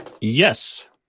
Yes